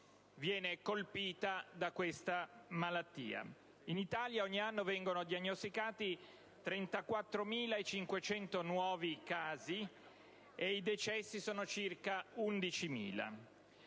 viene colpita da questa malattia. In Italia ogni anno vengono diagnosticati 34.500 nuovi casi; i decessi sono circa 11.000.